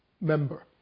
member